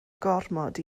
gormod